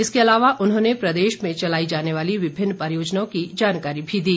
इसके अलावा उन्होंने प्रदेश में चलाई जाने वाली विभिन्न परियोजनाओं की जानकारी भी दी